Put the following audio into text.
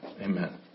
amen